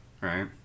right